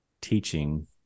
teaching